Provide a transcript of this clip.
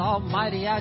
Almighty